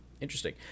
interesting